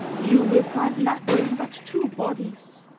you will find nothing but two bodies,